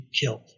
killed